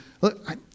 look